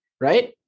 right